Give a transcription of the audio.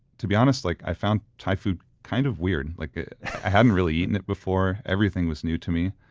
to be honest, like i found thai food kind of weird. like i hadn't really eaten it before, everything was new to me,